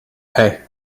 hey